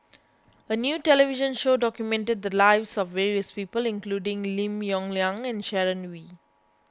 a new television show documented the lives of various people including Lim Yong Liang and Sharon Wee